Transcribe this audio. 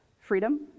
freedom